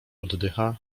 oddycha